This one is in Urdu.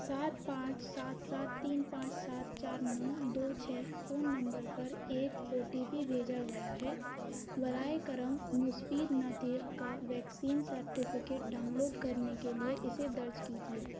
سات پانچ سات سات تین پانچ سات چار نو دو چھ فون نمبر پر ایک او ٹی پی بھیجا گیا ہے براہ کرم مستفید نعتیق کا ویکسین سرٹیفکیٹ ڈاؤن لوڈ کرنے کے لیے اسے درج کیجیے